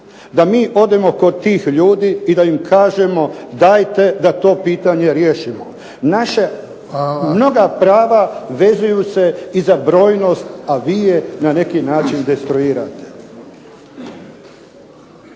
da mi odemo kod tih ljudi i da im kažemo dajte da to pitanje riješimo. Mnoga prava vezuju se i za brojnost a vi je na neki način destruirate.